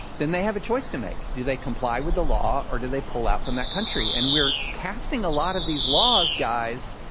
then they have a choice to make. do they comply with the law, or do they pull out from that country? and we're passing a lot of these laws, guys,